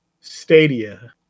Stadia